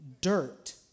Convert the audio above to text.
dirt